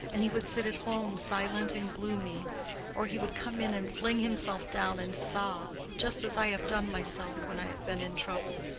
and he would sit at home silent and gloomy or he would come in and fling himself down and sob, just as i have done myself when i have been in trouble.